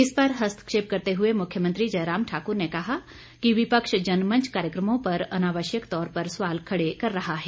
इस पर हस्तक्षेप करते हुए मुख्यमंत्री जयराम ठाकुर ने कहा कि विपक्ष जनमंच कार्यक्रमों पर अनावश्यक तौर पर सवाल खड़े कर रहा है